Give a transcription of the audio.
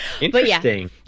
Interesting